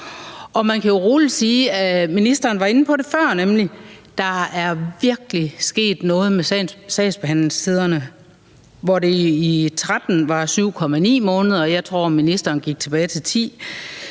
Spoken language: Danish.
Man kan jo rolig sige – og ministeren var inde på det før – at der virkelig er sket noget med sagsbehandlingstiderne, hvor det i 2013 var 7,9 måneder, og jeg tror, at ministeren gik tilbage til 10